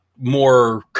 more